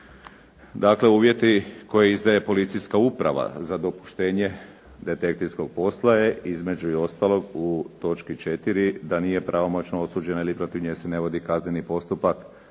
dakle, uvjeti koje izdaje policijska uprava za dopuštenje detektivskog posla je između i ostalog u točki 4. da nije pravomoćno osuđena ili protiv nje se ne vodi kazneni postupak,